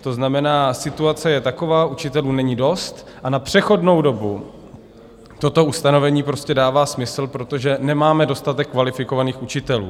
To znamená, že situace je taková, že učitelů není dost, a na přechodnou dobu toto ustanovení prostě dává smysl, protože nemáme dostatek kvalifikovaných učitelů.